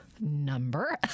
number